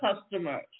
customers